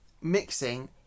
mixing